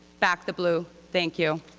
back the blue. thank you.